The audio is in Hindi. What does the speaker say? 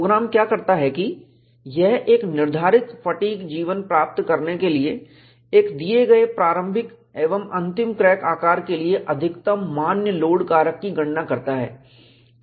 प्रोग्राम क्या करता है कि यह एक निर्धारित फटीग जीवन प्राप्त करने के लिए एक दिए गए प्रारंभिक एवं अंतिम क्रेक आकार के लिए अधिकतम मान्य लोड कारक की गणना करता है